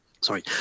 Sorry